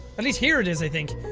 at least here it is, i think.